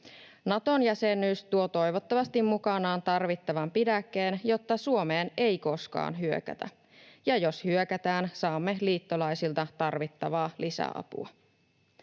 Naton jäsenyys tuo toivottavasti mukanaan tarvittavan pidäkkeen, jotta Suomeen ei koskaan hyökätä, ja jos hyökätään, saamme liittolaisilta tarvittavaa lisäapua.